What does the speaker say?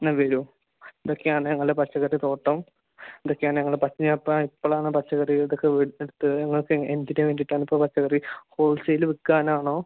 ഇന്ന് വരുമോ ഇതൊക്കെയാണ് ഞങ്ങളുടെ പച്ചക്കറി തോട്ടം ഇതൊക്കെയാണ് ഞങ്ങൾ പച്ച അപ്പോൾ ഇപ്പോഴാണ് പച്ചക്കറികൾക്ക് ഒക്കെ വീട്ടിന് അടുത്ത് നിങ്ങൾക്ക് എന്തിന് വേണ്ടിയിട്ട് ആണ് ഇപ്പോൾ പച്ചക്കറി ഹോൾ സെയിൽ വിൽക്കാൻ ആണോ